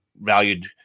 valued